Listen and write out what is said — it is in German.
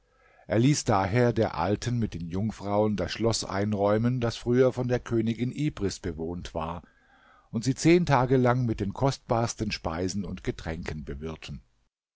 er ließ daher der alten mit den jungfrauen das schloß einräumen das früher von der königin ibris bewohnt war und sie zehn tage lang mit den kostbarsten speisen und getränken bewirten